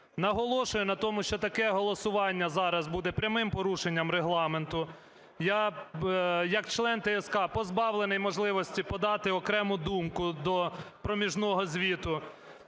Наголошую на тому, що таке голосування зараз буде прямим порушенням Регламенту. Я як член ТСК позбавлений можливості подати окрему думку до проміжного звіту.